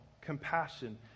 compassion